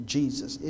Jesus